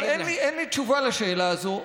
אבל אין לי תשובה על השאלה הזאת.